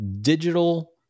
digital